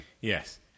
Yes